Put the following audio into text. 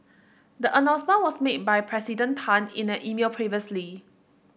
the announcement was made by President Tan in an email previously